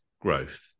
growth